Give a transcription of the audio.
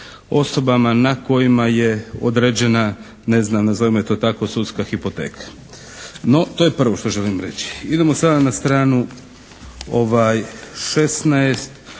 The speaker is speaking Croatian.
osobama na kojima je određena, ne znam, nazovimo je to tako, sudska hipoteka. No, to je prvo želim reći. Idemo sada na stranu 16